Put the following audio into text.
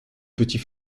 petit